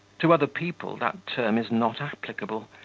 to other people that term is not applicable.